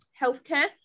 healthcare